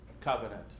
covenant